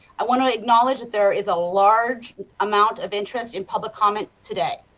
i want to acknowledge that there is a large amount of interest in public comment today.